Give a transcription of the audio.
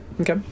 Okay